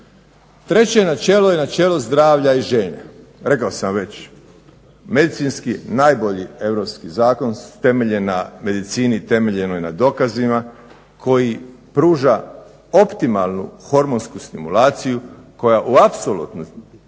Treće načelo je načelo zdravlja i žene. Rekao sam već medicinski najbolji europski zakon temeljen na medicini, temeljenoj na dokazima koji pruža optimalnu hormonsku stimulaciju koja u apsolutnosti